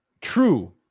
true